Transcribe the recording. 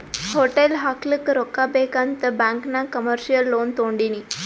hotel ಹಾಕ್ಲಕ್ ರೊಕ್ಕಾ ಬೇಕ್ ಅಂತ್ ಬ್ಯಾಂಕ್ ನಾಗ್ ಕಮರ್ಶಿಯಲ್ ಲೋನ್ ತೊಂಡಿನಿ